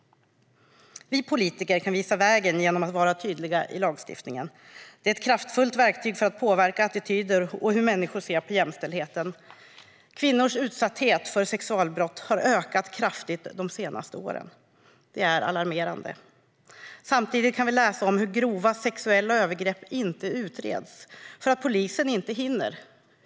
Vi politiker kan visa vägen genom att vara tydliga i lagstiftningen. Det är ett kraftfullt verktyg för att påverka attityder och hur människor ser på jämställdheten. Kvinnors utsatthet när det gäller sexualbrott har ökat kraftigt de senaste åren. Det är alarmerande. Samtidigt kan vi läsa om hur grova sexuella övergrepp inte utreds för att polisen inte hinner.